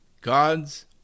God's